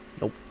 Nope